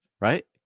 right